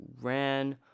ran